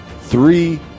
Three